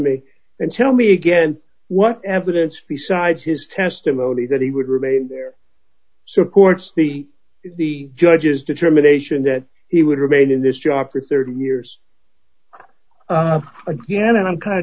me and tell me again what evidence besides his testimony that he would remain there supports the the judge's determination that he would remain in this job for thirty years again i'm kind